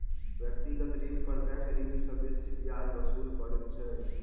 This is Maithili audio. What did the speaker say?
व्यक्तिगत ऋण पर बैंक ऋणी सॅ बेसी ब्याज वसूल करैत अछि